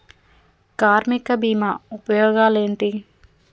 కార్మిక బీమా ఉపయోగాలేంటి?